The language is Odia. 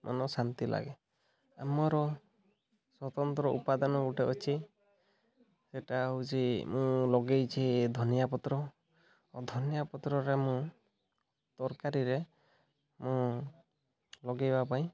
ମନ ଶାନ୍ତି ଲାଗେ ଆମର ସ୍ୱତନ୍ତ୍ର ଉପାଦାନ ଗୋଟେ ଅଛି ସେଇଟା ହଉଛି ମୁଁ ଲଗେଇଛି ଧନିଆ ପତ୍ର ଓ ଧନିଆ ପତ୍ରରେ ମୁଁ ତରକାରୀରେ ମୁଁ ଲଗାଇବା ପାଇଁ